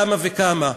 למה וכמה,